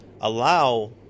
allow